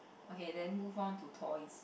okay then move on to toys